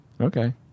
Okay